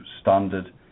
standard